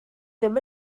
ddim